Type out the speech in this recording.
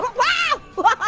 but whoa, ooh.